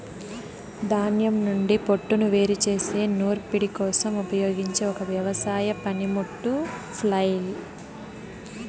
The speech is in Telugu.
ధాన్యం నుండి పోట్టును వేరు చేసే నూర్పిడి కోసం ఉపయోగించే ఒక వ్యవసాయ పనిముట్టు ఫ్లైల్